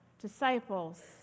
Disciples